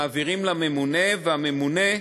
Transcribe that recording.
מעבירים לממונה, והממונה,